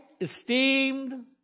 esteemed